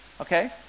Okay